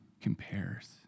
compares